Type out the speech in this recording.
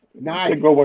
Nice